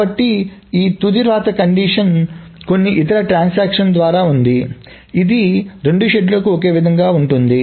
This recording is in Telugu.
కాబట్టి ఈ తుది వ్రాత కండిషన్ కొన్ని ఇతర ట్రాన్సాక్షన్ ద్వారా ఉంది ఇది రెండు షెడ్యూల్లకు ఒకే విధంగా ఉంది